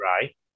right